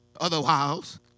Otherwise